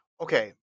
Okay